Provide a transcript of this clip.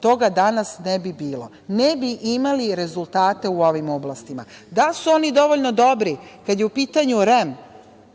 toga danas ne bi bilo, ne bi imali rezultate u ovim oblastima. Da li su oni dovoljno dobri kada je u pitanju REM?